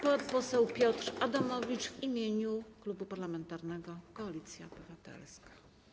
Pan poseł Piotr Adamowicz w imieniu Klubu Parlamentarnego Koalicja Obywatelska.